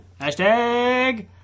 Hashtag